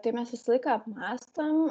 tai mes visą laiką apmąstom